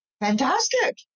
fantastic